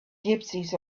gypsies